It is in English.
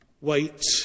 Wait